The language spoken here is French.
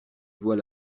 vois